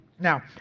Now